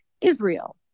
Israel